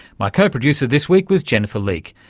my co-producer this week was jennifer leake,